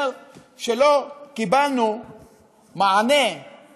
שלא קיבלנו מענה על